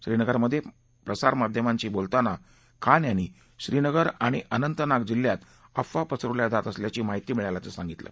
श्रीनगरमधे प्रसारमाध्यमांशी बोलताना खान यांनी श्रीनगर आणि अनंतनाग जिल्ह्यात अफवा पसरवल्या जात असल्याची माहिती मिळाल्याचं सांगितलं